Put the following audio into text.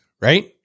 right